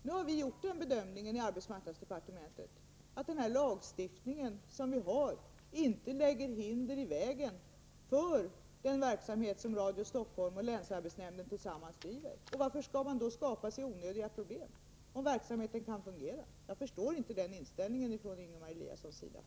Vi har gjort den bedömningen i arbetsmarknadsdepartementet att den lagstiftning 89 vi har inte lägger hinder i vägen för den verksamhet som Radio Stockholm och länsarbetsnämnden tillsammans driver. Varför skall man då skapa sig onödiga problem, om verksamheten fungerar? Jag förstår inte den inställning som Ingemar Eliasson har i det här fallet.